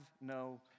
no